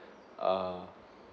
err